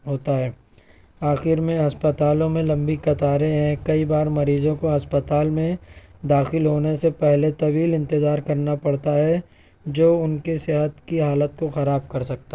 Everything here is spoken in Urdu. ہوتا ہے آخر میں ہسپتالوں میں لمبی قطاریں ہیں کئی بار مریضوں کو اسپتال میں داخل ہونے سے پہلے طویل انتظار کرنا پڑتا ہے جو اُن کے صحت کی حالت کو خراب کر سکتا